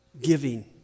Giving